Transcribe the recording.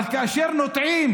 אבל כאשר נוטעים